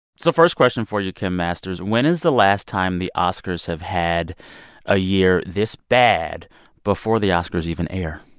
so first question for you, kim masters. when is the last time the oscars have had a year this bad before the oscars even air?